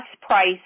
price